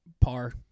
par